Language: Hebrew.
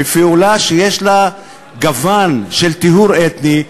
בפעולה שיש לה גוון של טיהור אתני,